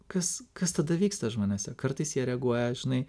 kas kas tada vyksta žmonėse kartais jie reaguoja žinai